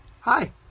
hi